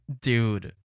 Dude